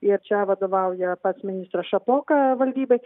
ir čia vadovauja pats ministras šapoka valdybai